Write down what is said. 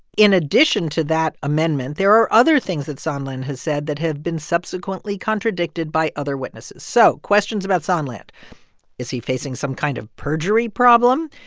in addition to that amendment, there are other things that sondland has said that have been subsequently contradicted by other witnesses so questions about sondland is he facing some kind of perjury problem?